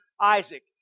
Isaac